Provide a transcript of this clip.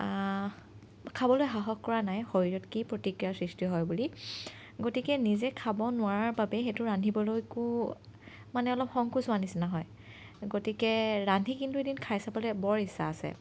খাবলৈ সাহস কৰা নাই শৰীৰত কি প্ৰতিক্ৰিয়াৰ সৃষ্টি হয় বুলি গতিকে নিজে খাব নোৱাৰাৰ বাবে সেইটো ৰান্ধিবলৈকো মানে অলপ সংকোচ হোৱাৰ নিচিনা হয় গতিকে ৰান্ধি কিন্তু এদিন খাই চাবল বৰ ইচ্ছা আছে